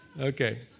Okay